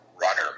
runner